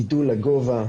גידול לגובה,